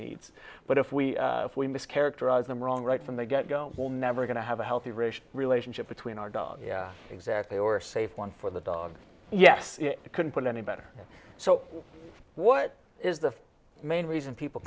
needs but if we if we miss characterize them wrong right from the get go we'll never going to have a healthy ration relationship between our dog exactly or a safe one for the dog yes it can pull any better so what is the main reason people